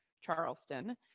Charleston